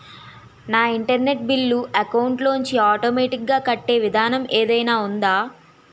నా internet bill account లోంచి ఆటోమేటిక్ గా కట్టే విధానం ఏదైనా ఉందా?